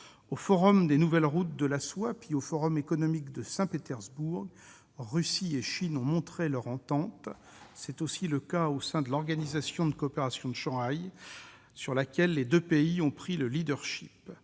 Au Forum sur les nouvelles routes de la soie, puis au Forum économique international de Saint-Pétersbourg, Russie et Chine ont montré leur entente. C'est aussi le cas au sein de l'Organisation de coopération de Shanghai, sur laquelle les deux pays ont pris le leadership.